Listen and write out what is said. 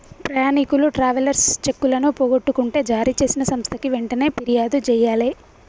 ప్రయాణీకులు ట్రావెలర్స్ చెక్కులను పోగొట్టుకుంటే జారీచేసిన సంస్థకి వెంటనే పిర్యాదు జెయ్యాలే